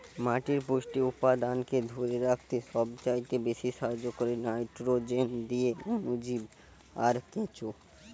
মাটির পুষ্টি উপাদানকে ধোরে রাখতে সবচাইতে বেশী সাহায্য কোরে নাইট্রোজেন দিয়ে অণুজীব আর কেঁচো